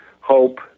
hope